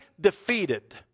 defeated